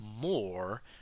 more